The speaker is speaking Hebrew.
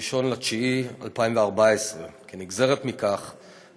1 בספטמבר 2014. בעקבות זאת,